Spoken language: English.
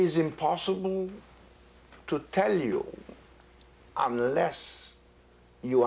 is impossible to tell you i'm the less you